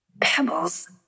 Pebbles